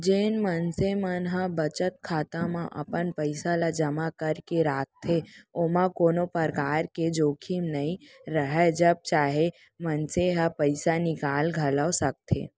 जेन मनसे मन ह बचत खाता म अपन पइसा ल जमा करके राखथे ओमा कोनो परकार के जोखिम नइ राहय जब चाहे मनसे ह पइसा निकाल घलौक सकथे